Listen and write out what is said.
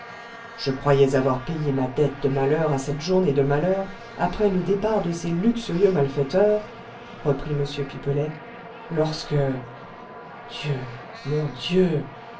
je croyais avoir payé ma dette de malheur à cette journée de malheur après le départ de ces luxurieux malfaiteurs reprit m pipelet lorsque dieu mon dieu